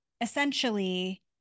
essentially